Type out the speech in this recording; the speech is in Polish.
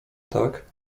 tak